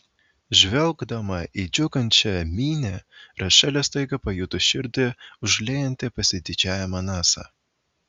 žvelgdama į džiūgaujančią minią rachelė staiga pajuto širdį užliejantį pasididžiavimą nasa